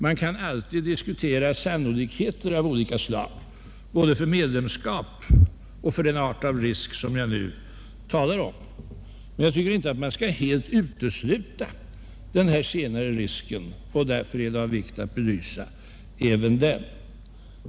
Man kan alltid diskutera sannolikheter av olika slag, både för medlemskap och för den art av risk som jag nu talar om. Jag tycker inte man skall helt utesluta den senare risken. Därför är det av vikt att belysa även den.